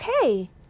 okay